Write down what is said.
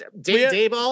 Dave